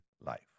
life